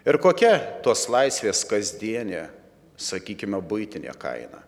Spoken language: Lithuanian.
ir kokia tos laisvės kasdienė sakykime buitinė kaina